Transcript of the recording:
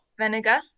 vinegar